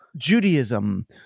Judaism